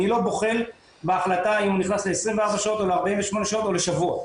אני לא בוחן בהחלטה האם הוא נכנס ל-24 שעות או ל-48 שעות או לשבוע.